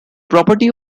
property